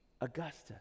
Augustus